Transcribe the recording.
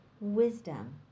Wisdom